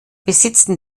besitzen